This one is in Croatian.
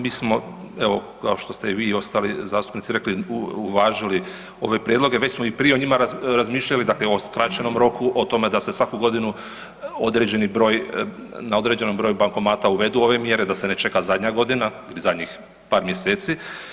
Mi smo evo, kao što ste i vi i ostali zastupnici rekli, uvažili ove prijedloge, već smo i prije o njima razmišljali, dakle o skraćenom roku, o tome da se svaku godinu na određenom broju bankomata uvedu mjere, da se ne čeka zadnja godina, zadnjih par mjeseci.